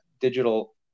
digital